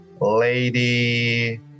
lady